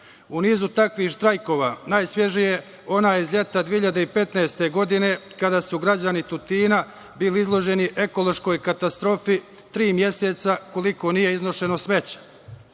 U nizu takvih štrajkova najsvežiji je onaj iz 2015. godine kada su građani Tutina bili izloženi ekološkoj katastrofi tri meseca koliko nije iznošeno smeće.